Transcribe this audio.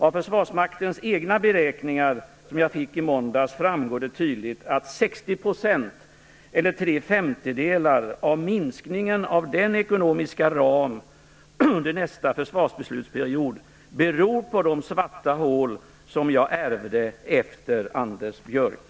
Av Försvarsmaktens egna beräkningar, som jag fick i måndags framgår det tydligt att 60 % eller tre femtedelar av minskningen av den ekonomiska ramen under nästa försvarsbeslutsperiod beror på de svarta hål som jag ärvde efter Anders Björck.